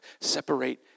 Separate